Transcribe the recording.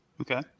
Okay